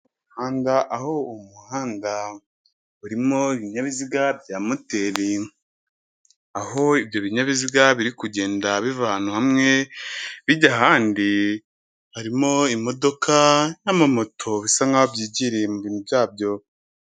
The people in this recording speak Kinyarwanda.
Umuhanda aho uwo muhanda urimo ibinyabiziga bya moteri, aho ibyo binyabiziga biri kugenda biva ahantu hamwe bijya ahandi, harimo imodoka n'amamoto bisa nk'aho byigiriye mu bintu byabyo.